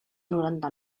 noranta